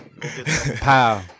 Pow